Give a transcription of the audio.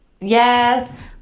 Yes